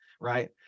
right